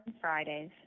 Fridays